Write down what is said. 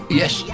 yes